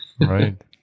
Right